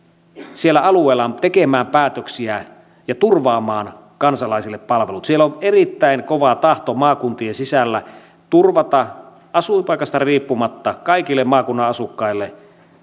alueellaan tekemään päätöksiä ja turvaamaan kansalaisille palvelut siellä on erittäin kova tahto maakuntien sisällä turvata asuinpaikasta riippumatta kaikille maakunnan asukkaille